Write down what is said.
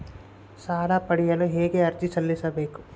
ಸಾಲ ಪಡೆಯಲು ಹೇಗೆ ಅರ್ಜಿ ಸಲ್ಲಿಸಬೇಕು?